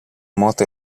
morte